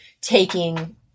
taking